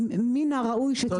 שמן הראוי שתתבטל.